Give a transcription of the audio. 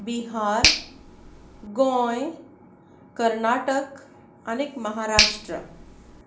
बिहार गोंय कर्नाटक आनी महाराष्ट्र